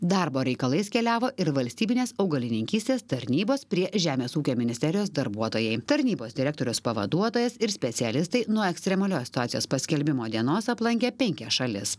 darbo reikalais keliavo ir valstybinės augalininkystės tarnybos prie žemės ūkio ministerijos darbuotojai tarnybos direktoriaus pavaduotojas ir specialistai nuo ekstremalios situacijos paskelbimo dienos aplankė penkias šalis